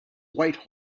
white